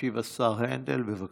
ישיב השר הנדל, בבקשה.